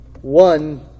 one